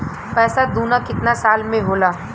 पैसा दूना कितना साल मे होला?